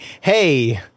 hey